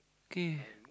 okay